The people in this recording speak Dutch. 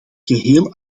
geheel